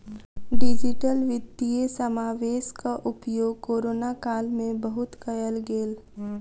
digital वित्तीय समावेशक उपयोग कोरोना काल में बहुत कयल गेल